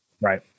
Right